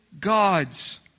God's